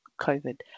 COVID